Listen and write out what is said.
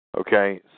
Okay